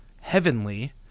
heavenly